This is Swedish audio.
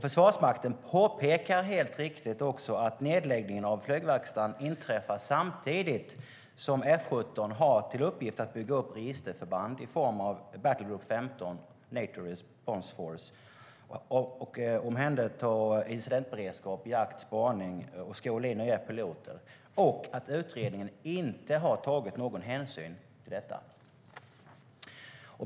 Försvarsmakten påpekar också helt riktigt att nedläggningen av flygverkstaden inträffar samtidigt som F 17 har till uppgift att bygga upp registerförband i form av Battlegroup 15 och Nato Response Force, omhänderta incidentberedskap jakt och spaning och skola in nya piloter. Försvarsmakten anser att utredningen inte har tagit någon hänsyn till detta.